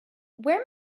where